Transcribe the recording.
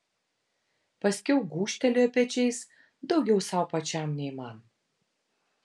paskiau gūžtelėjo pečiais daugiau sau pačiam nei man